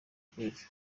kwezi